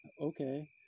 Okay